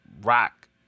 rock